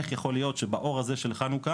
איך יכול להיות שבאור הזה של חנוכה,